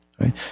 right